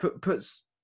puts